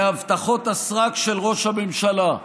מהבטחות הסרק של ראש הממשלה.